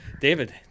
David